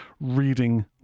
reading